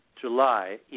July